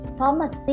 Thomas